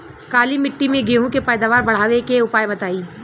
काली मिट्टी में गेहूँ के पैदावार बढ़ावे के उपाय बताई?